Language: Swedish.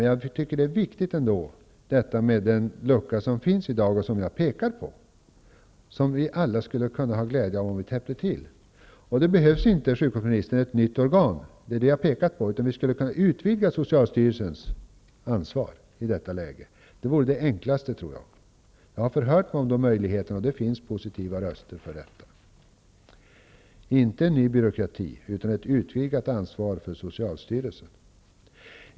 Jag tycker att det är viktigt att peka på den lucka som finns i dag. Vi skulle alla ha glädje av om vi täppte till den. Det behövs inte ett nytt organ. Det är vad jag har pekat på. Vi skulle kunna utvidga socialstyrelsens ansvar i detta läge. Det vore det enklaste. Jag har förhört mig om de möjligheterna, och det finns positiva röster för detta. Vi skall inte ha ny byråkrati, utan ett utvidgat ansvar för socialstyrelsen.